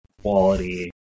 quality